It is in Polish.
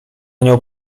nią